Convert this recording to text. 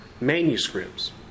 manuscripts